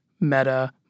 meta